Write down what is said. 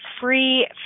free